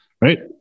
Right